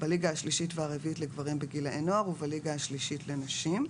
בליגה השלישית והרביעית לגברים בגילאי נוער ובליגה השלישית לנשים.